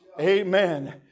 Amen